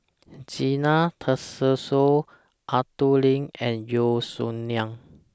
Zena Tessensohn Arthur Lim and Yeo Song Nian